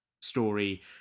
story